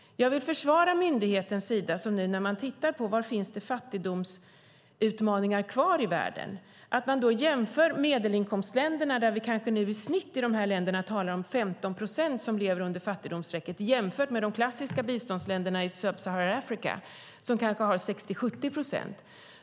Jag vill försvara myndigheten Sida, som nu, när man tittar på var det finns fattigdomsutmaningar kvar i världen, jämför medelinkomstländerna, där vi kanske i snitt för de länderna talar om 15 procent som lever under fattigdomsstrecket, med de klassiska biståndsländerna i sub-Sahara-Afrika, som kanske har 60-70 procent.